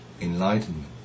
enlightenment